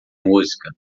música